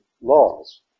laws